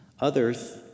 Others